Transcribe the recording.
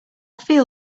feel